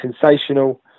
sensational